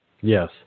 yes